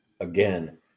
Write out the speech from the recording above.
Again